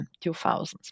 2000s